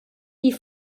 die